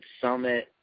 summit